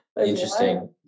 Interesting